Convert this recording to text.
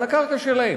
על הקרקע שלהם,